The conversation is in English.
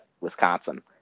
Wisconsin